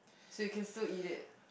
so you can still eat it